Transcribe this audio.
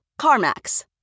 CarMax